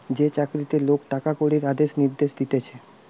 যে চাকরিতে লোক টাকা কড়ির আদেশ নির্দেশ দিতেছে